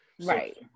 Right